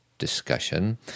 discussion